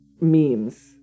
memes